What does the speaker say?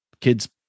kids